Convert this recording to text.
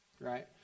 right